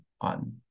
on